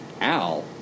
Al